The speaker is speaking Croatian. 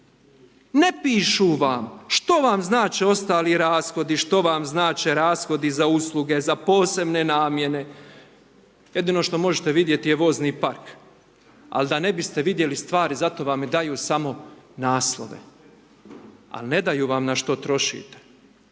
ne pišu vam što vam znače ostali rashodi, što vam znače rashodi za usluge, za posebne namjene. Jedino što možete vidjeti je vozni park. Ali da ne biste vidjeli stvari zato vam i daju samo naslove. Ali ne daju vam na što trošite.